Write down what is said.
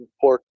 pork